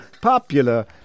Popular